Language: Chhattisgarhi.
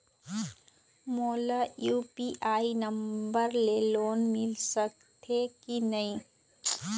मोला यू.पी.आई नंबर ले लोन मिल सकथे कि नहीं?